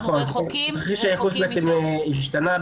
תרחיש הייחוס בעצם השתנה,